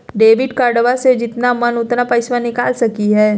Debit कार्डबा से जितना मन उतना पेसबा निकाल सकी हय?